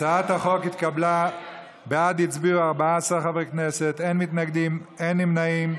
לעניין ועדת הבחירות), התשע"ט 2019,